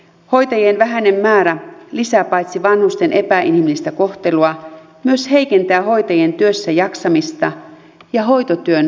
hoitajien vähäinen määrä paitsi lisää vanhusten epäinhimillistä kohtelua myös heikentää hoitajien työssäjaksamista ja hoitotyön houkuttelevuutta